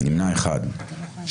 4 בעד,